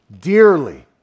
Dearly